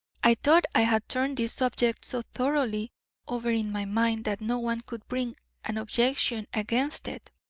i thought i had turned this subject so thoroughly over in my mind that no one could bring an objection against it.